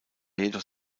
jedoch